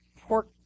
pork